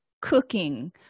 cooking